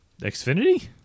Xfinity